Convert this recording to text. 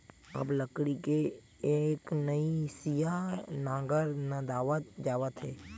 अब लकड़ी के एकनसिया नांगर नंदावत जावत हे